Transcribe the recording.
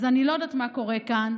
אז אני לא יודעת מה קורה כאן,